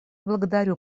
благодарю